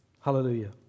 Hallelujah